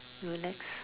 relax